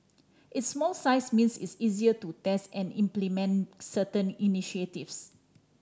its small size means is easier to test and implement certain initiatives